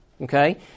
Okay